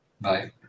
bye